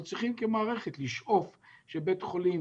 אנחנו צריכים כמערכת לשאוף שבית חולים